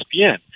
ESPN